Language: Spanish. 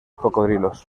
cocodrilos